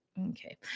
Okay